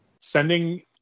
sending